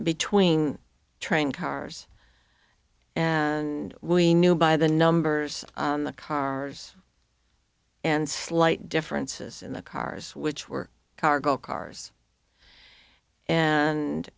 between train cars and we knew by the numbers in the car and slight differences in the cars which were cargo cars and